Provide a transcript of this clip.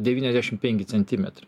devyniasdešim penki centimetrai